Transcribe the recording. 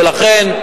ולכן,